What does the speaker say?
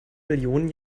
millionen